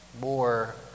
more